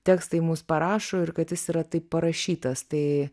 tekstai mus parašo ir kad jis yra taip parašytas tai